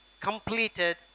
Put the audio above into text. completed